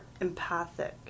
empathic